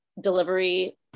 delivery